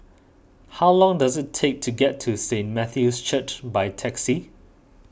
how long does it take to get to Saint Matthew's Church by taxi